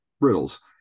riddles